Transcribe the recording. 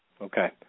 Okay